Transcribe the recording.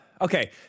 Okay